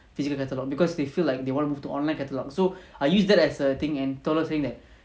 physical catalogue because they feel like they want to move to online catalogue so I used that as a thing and told her saying that